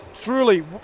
truly